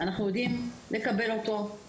אנחנו יודעים לקבל אותו,